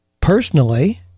personally